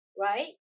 right